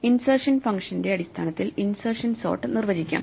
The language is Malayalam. ഇൻസെർഷൻ ഫംഗ്ഷന്റെ അടിസ്ഥാനത്തിൽ ഇൻസെർഷൻ സോർട്ട് നിർവചിക്കാം